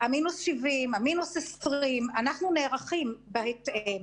מינוס 70, מינוס 20. אנחנו נערכים בהתאם.